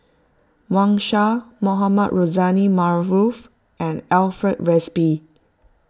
Wang Sha Mohamed Rozani Maarof and Alfred Frisby